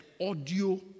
audio